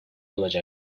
olacak